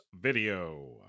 Video